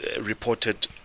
reported